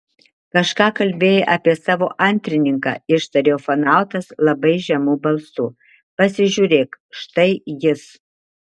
kažką kalbėjai apie savo antrininką ištarė ufonautas labai žemu balsu pasižiūrėk štai jis